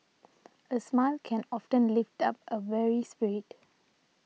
a smile can often lift up a weary spirit